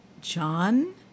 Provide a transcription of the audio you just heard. John